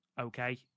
okay